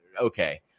okay